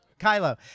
Kylo